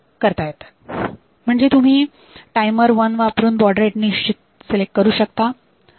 म्हणजे तुम्ही timer one वापरून बॉड रेट्स सिलेक्ट करू शकता